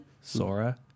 Sora